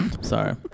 Sorry